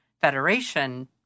Federation